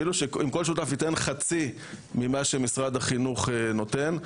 אפילו אם כל שותף ייתן חצי ממה שמשרד החינוך נותן,